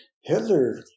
Hitler